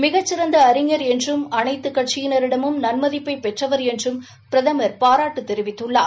மிகச்சிறந்த அறிஞர் என்றும் அனைத்த கட்சியிளரிடமும் நன்மதிப்பை பெற்றவர் என்றும் பிரதம் பாராட்டு தெரிவித்துள்ளார்